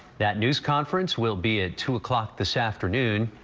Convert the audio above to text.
that news conference will be at two o'clock this afternoon.